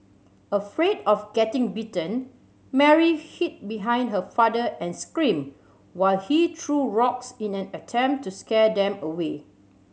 afraid of getting bitten Mary hid behind her father and screamed while he threw rocks in an attempt to scare them away